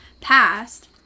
passed